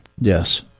Yes